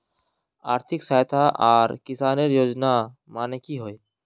आर्थिक सहायता आर किसानेर योजना माने की होय?